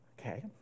Okay